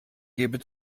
gebe